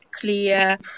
clear